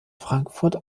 frankfurt